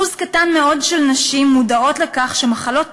אחוז קטן מאוד של נשים מודעות לכך שמחלות